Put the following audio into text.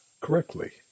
correctly